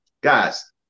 guys